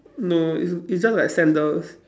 no it's it's just like sandals